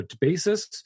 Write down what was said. basis